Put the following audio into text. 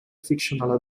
fictional